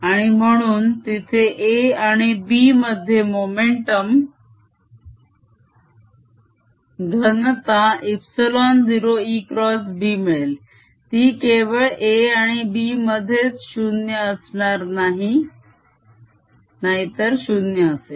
आणि म्हणून तिथे a आणि b मध्ये मोमेंटम घनता ε0ExB मिळेल ती केवळ a आणि b मध्येच 0 असणार नाही नाहीतर 0 असेल